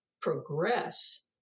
progress